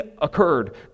occurred